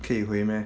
可以回 meh